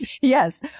Yes